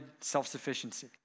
self-sufficiency